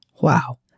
Wow